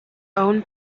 own